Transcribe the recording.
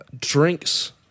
drinks